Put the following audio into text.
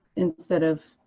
instead of,